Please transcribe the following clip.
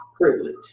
privilege